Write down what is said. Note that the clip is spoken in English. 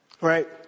Right